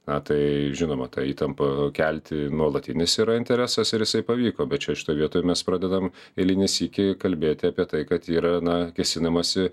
na tai žinoma tą įtampą kelti nuolatinis yra interesas ir jisai pavyko bet čia šitoj vietoj mes pradedam eilinį sykį kalbėti apie tai kad yra na kėsinamasi